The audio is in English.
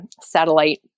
satellite